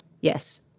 Yes